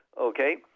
okay